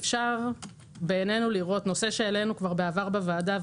נושא שהעלינו כבר בעבר בוועדה,